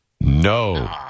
No